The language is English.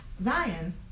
Zion